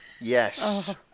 Yes